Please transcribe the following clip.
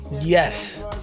Yes